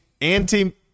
anti